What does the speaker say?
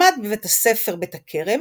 למד בבית הספר 'בית הכרם',